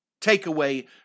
takeaway